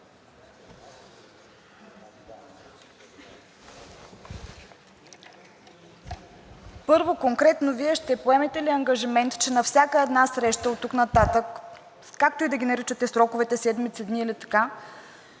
Първо, конкретно Вие ще поемете ли ангажимент, че на всяка една среща оттук нататък, както и да ги наричате сроковете – седмици, дни или така